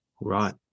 Right